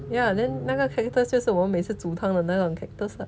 ya then 那个 cactus 就是我们每次煮汤的那种 cactus lah